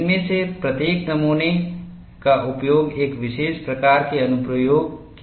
इनमें से प्रत्येक नमूने का उपयोग एक विशेष प्रकार के अनुप्रयोग के लिए किया जाता है